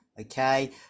okay